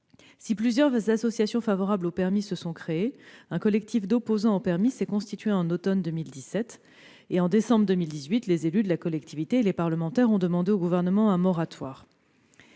Si plusieurs associations favorables au permis se sont créées, un collectif d'opposants s'est constitué à l'automne 2017, et en décembre 2018, les élus de la collectivité et les parlementaires ont demandé au Gouvernement un moratoire.